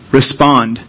respond